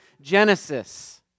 Genesis